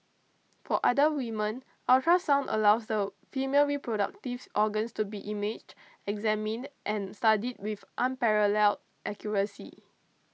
for other women ultrasound allows the female reproductive organs to be imaged examined and studied with unparalleled accuracy